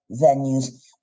venues